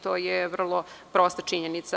To je vrlo prosta činjenica.